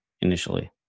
initially